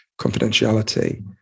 confidentiality